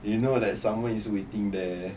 you know that someone is waiting there